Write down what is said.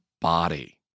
body